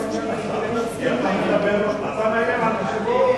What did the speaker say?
אתה מדבר עכשיו לא לעניין, השר.